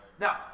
Now